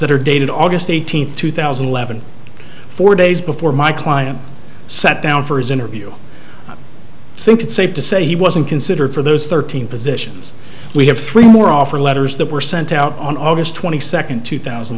that are dated august eighteenth two thousand and eleven four days before my client sat down for his interview think it's safe to say he wasn't considered for those thirteen positions we have three more offer letters that were sent out on august twenty second two thousand